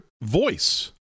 voice